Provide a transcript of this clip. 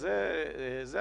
וזה הקושי.